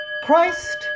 Christ